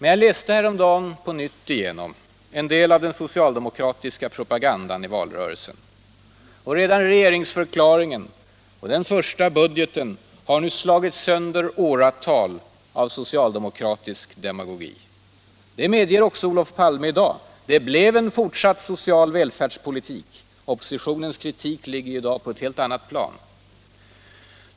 Jag läste häromdagen på nytt igenom en del av den socialdemokratiska propagandan i valrörelsen. Redan regeringsförklaringen och den första budgeten är en effektiv dementi av åratal av socialdemokratisk demagogi. Det medger också Olof Palme i dag. Vi fick en fortsatt social välfärdspolitik, och oppositionens kritik ligger nu på ett helt annat plan.